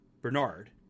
Bernard